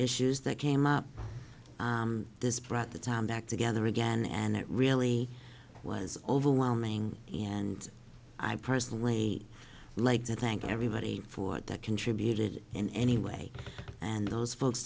issues that came up this brought the time back together again and it really was overwhelming and i personally like to thank everybody for that contributed in any way and those folks